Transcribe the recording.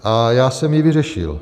A já jsem ji vyřešil.